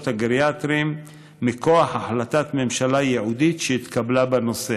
הגריאטריים מכוח החלטת ממשלה ייעודית שהתקבלה בנושא.